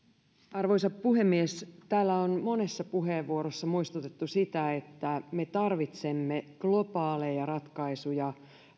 arvoisa puhemies täällä on monessa puheenvuorossa muistutettu että me tarvitsemme globaaleja ratkaisuja